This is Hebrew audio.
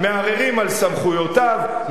מערערים על סמכויותיו,